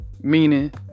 meaning